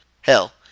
Hell